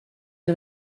que